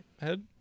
head